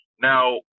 Now